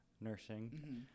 nursing